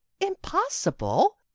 Impossible